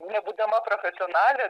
nebūdama profesionalė